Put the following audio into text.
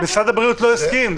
כי משרד הבריאות לא יסכים.